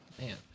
Man